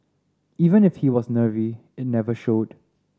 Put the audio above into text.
even if he was nervy it never showed